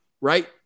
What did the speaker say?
Right